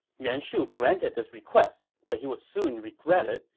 yuan shu granted this request, but he would soon regret it,